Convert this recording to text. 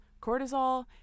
cortisol